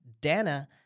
Dana